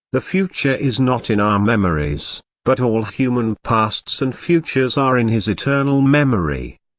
the future is not in our memories, but all human pasts and futures are in his eternal memory.